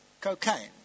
cocaine